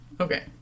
Okay